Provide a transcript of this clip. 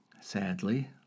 Sadly